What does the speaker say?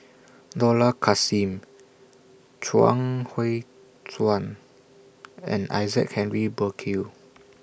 Dollah Kassim Chuang Hui Tsuan and Isaac Henry Burkill